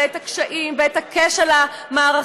את הקשיים ואת הכשל המערכתי,